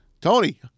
Tony